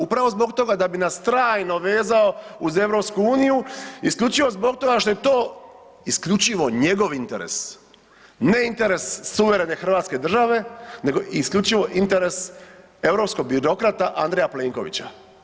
Upravo zbog toga da bi nas trajno vezao uz EU isključivo zbog toga što je to isključivo njegov interes, ne interes suverene hrvatske države nego isključivo interes europskog birokrata Andreja Plenkovića.